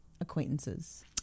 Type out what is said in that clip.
acquaintances